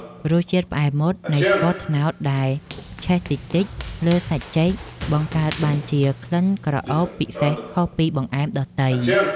រសជាតិផ្អែមមុតនៃស្ករត្នោតដែលឆេះតិចៗលើសាច់ចេកបង្កើតបានជាក្លិនក្រអូបពិសេសខុសពីបង្អែមដទៃ។